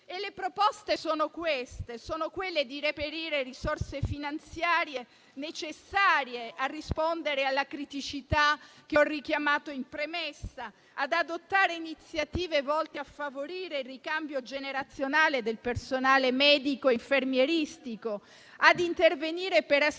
Le proposte sono quelle di reperire risorse finanziarie necessarie a rispondere alla criticità che ho richiamato in premessa; ad adottare iniziative volte a favorire il ricambio generazionale del personale medico e infermieristico; ad intervenire per assicurare